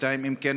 2. אם כן,